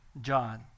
John